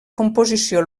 composició